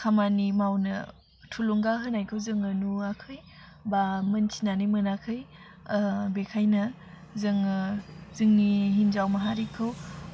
खामानि मावनो थुलुंगा होनायखौ जोङो नुवाखै बा मोनथिनानै मोनाखै बेखायनो जोङो जोंनि हिन्जाव माहारिखौ